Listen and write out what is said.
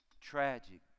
Tragic